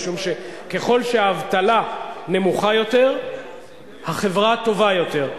משום שככל שהאבטלה נמוכה יותר החברה טובה יותר.